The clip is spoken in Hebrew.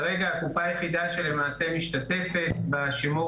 כרגע הקופה היחידה שלמעשה משתתפת בשימור